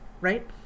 right